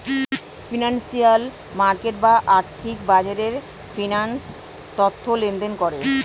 financial market বা আর্থিক বাজারে ফিন্যান্স তথ্য লেনদেন করে